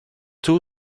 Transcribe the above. two